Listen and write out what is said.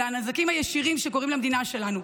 אלא על הנזקים הישירים שקורים למדינה שלנו.